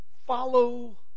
follow